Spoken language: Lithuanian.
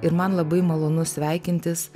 ir man labai malonu sveikintis